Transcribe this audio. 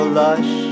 lush